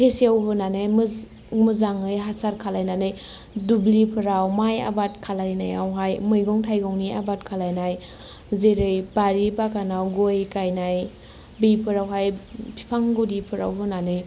फेसेवहोनानै मोजाङै हासार खालायनानै दुब्लिफोराव माइ आबाद खालामनायावहाय मैगं थाइगंनि आबाद खालामनाय जेरै बारि बागानाव गय गायनाय बिफोरावहाय बिफां गुदिफोराव होनानै